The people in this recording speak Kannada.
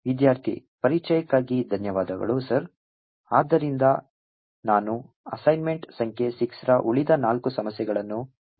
ವಿದ್ಯಾರ್ಥಿ ಪರಿಚಯಕ್ಕಾಗಿ ಧನ್ಯವಾದಗಳು ಸರ್ ಆದ್ದರಿಂದ ನಾನು ಅಸೈನ್ಮೆಂಟ್ ಸಂಖ್ಯೆ 6 ರ ಉಳಿದ ನಾಲ್ಕು ಸಮಸ್ಯೆಗಳನ್ನು ಮಾಡಲಿದ್ದೇನೆ